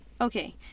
okay